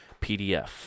PDF